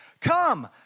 come